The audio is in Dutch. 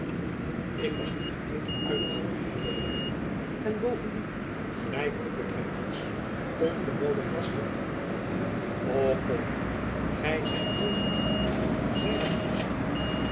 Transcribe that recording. ik was niet gekleed om uit te gaan antwoordde buat en bovendien gelijk u bekend is ongenoode gasten o kom gy zijt nooit ongenood zeide van